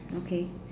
okay